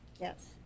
Yes